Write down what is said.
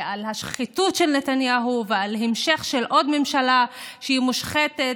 את השחיתות של נתניהו והמשך של עוד ממשלה שהיא מושחתת,